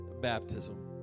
baptism